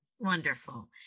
wonderful